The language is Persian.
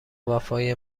وفای